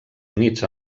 units